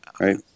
Right